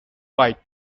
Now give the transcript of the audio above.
white